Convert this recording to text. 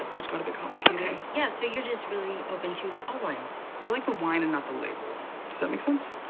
but which got a bit complicated oh, ok. yeah, so you're just really open to all wines i like the wine and not the label. does that make sense?